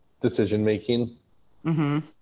decision-making